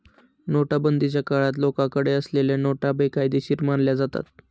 नोटाबंदीच्या काळात लोकांकडे असलेल्या नोटा बेकायदेशीर मानल्या जातात